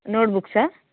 నోట్బుక్సా